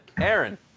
Aaron